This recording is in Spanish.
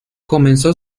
comenzó